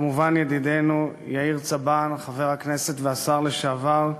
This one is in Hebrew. וכמובן ידידנו יאיר צבן, חבר הכנסת והשר לשעבר,